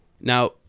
Now